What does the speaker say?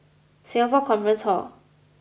Singapore Conference Hall